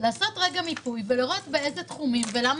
לעשות מיפוי ולראות באילו תחומים ולמה